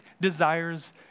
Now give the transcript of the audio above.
desires